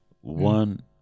one